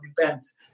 depends